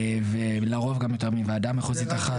ולרוב גם יותר מוועדה מחוזית אחת,